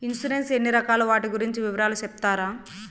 Insurance ఎన్ని రకాలు వాటి గురించి వివరాలు సెప్తారా?